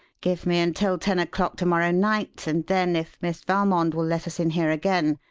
give me until ten o'clock to-morrow night, and then, if miss valmond will let us in here again,